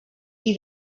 qui